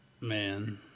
man